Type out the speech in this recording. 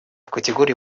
категории